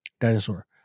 Dinosaur